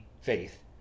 faith